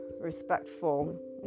respectful